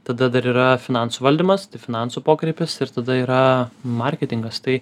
tada dar yra finansų valdymas tai finansų pokrypis ir tada yra marketingas tai